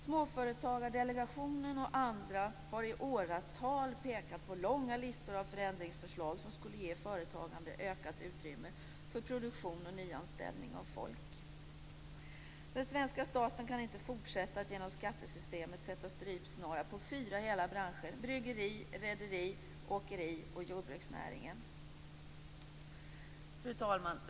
Småföretagsdelegationen och andra har i åratal pekat på långa listor med förändringsförslag som skulle ge företagande ökat utrymme för produktion och nyanställning av folk. Den svenska staten kan inte fortsätta att genom skattesystemet sätt strypsnara på hela fyra branscher: bryggeri, rederi, åkeri och jordbruksnäring. Fru talman!